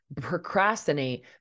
procrastinate